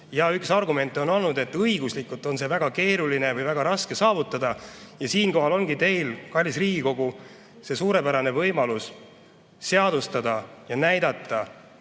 ja üks argument on olnud, et õiguslikult on seda väga keeruline või väga raske saavutada. Siinkohal ongi teil, kallis Riigikogu, suurepärane võimalus see seadustada ja näidata